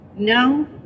No